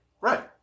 Right